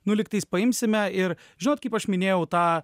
nu lygtais paimsime ir žinot kaip aš minėjau tą